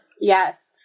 Yes